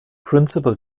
principal